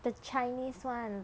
the chinese [one]